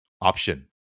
option